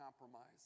compromise